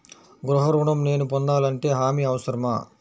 గృహ ఋణం నేను పొందాలంటే హామీ అవసరమా?